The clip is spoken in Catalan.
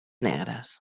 negres